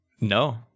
no